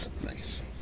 Nice